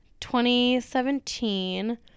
2017